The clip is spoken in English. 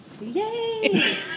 Yay